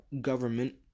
government